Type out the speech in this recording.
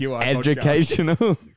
educational